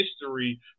history